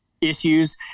issues